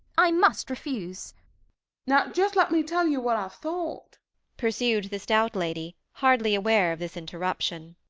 i must refuse now just let me tell you what i've thought pursued the stout lady, hardly aware of this interruption.